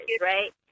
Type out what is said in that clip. right